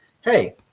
hey